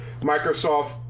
microsoft